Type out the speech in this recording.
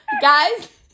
guys